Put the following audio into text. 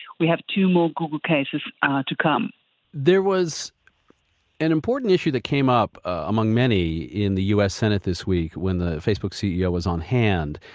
we have two more google cases to come there was an important issue that came up among many in the u s. senate this week, when the facebook ceo was on hand.